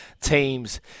teams